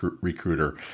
recruiter